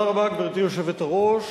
גברתי היושבת-ראש,